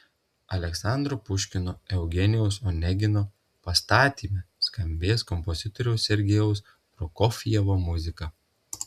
aleksandro puškino eugenijaus onegino pastatyme skambės kompozitoriaus sergejaus prokofjevo muzika